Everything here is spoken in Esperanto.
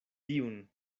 tiun